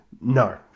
No